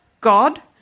God